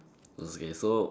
okay so